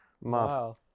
Wow